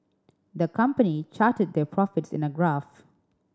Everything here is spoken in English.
the company charted their profits in a graph